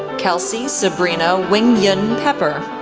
kelsey sabrina wing-yun pepper,